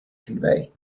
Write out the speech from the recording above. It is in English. convey